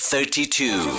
Thirty-two